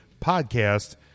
podcast